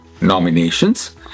nominations